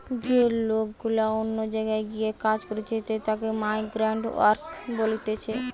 যে লোক গুলা অন্য জায়গায় গিয়ে কাজ করতিছে তাকে মাইগ্রান্ট ওয়ার্কার বলতিছে